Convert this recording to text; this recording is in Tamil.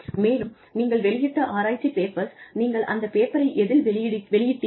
மேலும் நீங்கள் வெளியிட்ட ஆராய்ச்சி பேப்பர்ஸ் நீங்கள் அந்த பேப்பரை எதில் வெளியிட்டீர்கள்